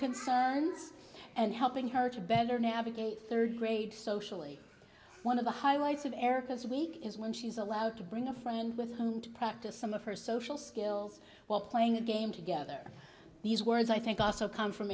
concerns and helping her to better navigate third grade socially one of the highlights of erica's week is when she's allowed to bring a friend with whom to practice some of her social skills while playing a game together these words i think also come from